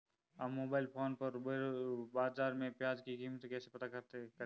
हम mobile phone पर बाज़ार में प्याज़ की कीमत कैसे पता करें?